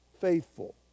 faithful